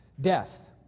death